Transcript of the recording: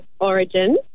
Origin